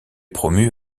promus